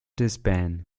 disband